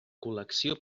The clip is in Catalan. col·lecció